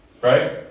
Right